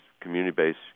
community-based